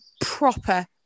proper